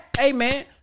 Amen